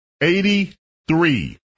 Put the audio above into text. Eighty-three